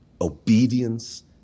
obedience